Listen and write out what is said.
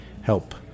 help